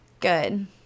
Good